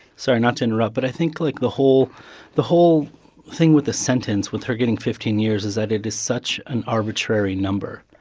sorry, not to interrupt, but i think, like, the whole the whole thing with the sentence, with her getting fifteen years, is that it is such an arbitrary number,